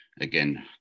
again